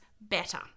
better